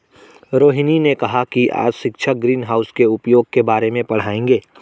रोहिनी ने कहा कि आज शिक्षक ग्रीनहाउस के उपयोग के बारे में पढ़ाएंगे